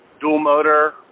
dual-motor